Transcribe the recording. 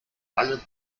alle